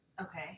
Okay